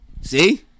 see